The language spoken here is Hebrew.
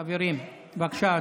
חברים, בבקשה,